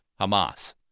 Hamas